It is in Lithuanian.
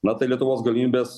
na tai lietuvos galimybės